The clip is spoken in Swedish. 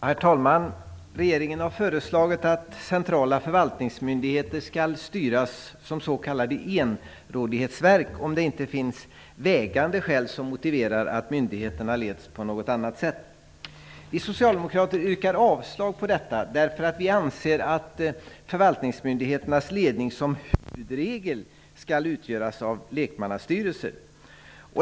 Herr talman! Regeringen har föreslagit att centrala förvaltningsmyndigheter skall styras som s.k. enrådighetsverk om det inte finns vägande skäl som motiverar att myndigheterna leds på något annat sätt. Vi socialdemokrater yrkar avslag på detta, därför att vi anser att huvudregeln skall vara att förvaltningsmyndigheternas ledning skall utgöras av lekmannastyrelser.